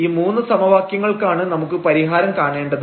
ഈ മൂന്ന് സമവാക്യങ്ങൾക്കാണ് നമുക്ക് പരിഹാരം കാണേണ്ടത്